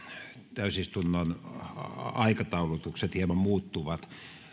täysistunnon aikataulutukset hieman muuttuvat